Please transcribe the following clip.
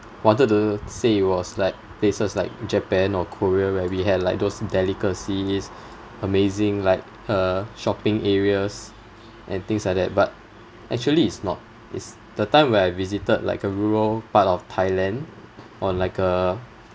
wanted to say it was like places like japan or korea where we had like those delicacies amazing like uh shopping areas and things like that but actually it's not it's the time when I visited like a rural part of thailand or like a